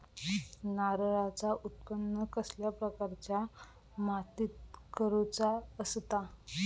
नारळाचा उत्त्पन कसल्या प्रकारच्या मातीत करूचा असता?